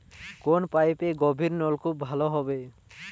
কোন পাইপে গভিরনলকুপ ভালো হবে?